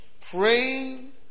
Praying